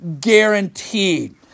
guaranteed